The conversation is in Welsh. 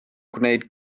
gwneud